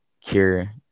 cure